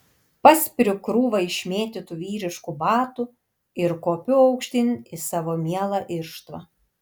paspiriu krūvą išmėtytų vyriškų batų ir kopiu aukštyn į savo mielą irštvą